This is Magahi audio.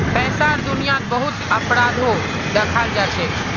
पैसार दुनियात बहुत अपराधो दखाल जाछेक